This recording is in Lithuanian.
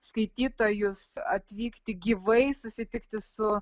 skaitytojus atvykti gyvai susitikti su